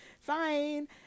fine